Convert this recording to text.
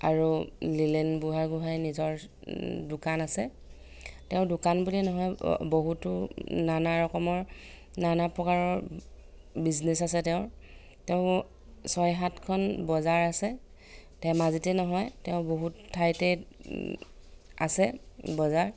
আৰু লিলেন বুঢ়াগোহাঁই নিজৰ দোকান আছে তেওঁৰ দোকান বুলিয়ে নহয় বহুতো নানা ৰকমৰ নানা প্ৰকাৰৰ বিজনেচ আছে তেওঁৰ তেওঁ ছয় সাতখন বজাৰ আছে ধেমাজীতে নহয় তেওঁ বহুত ঠাইতে আছে বজাৰ